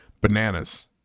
Bananas